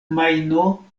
majno